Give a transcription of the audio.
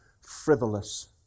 frivolous